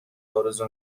آرزو